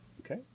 Okay